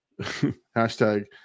Hashtag